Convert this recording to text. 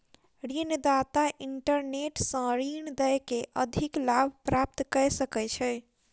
ऋण दाता इंटरनेट सॅ ऋण दय के अधिक लाभ प्राप्त कय सकै छै